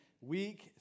week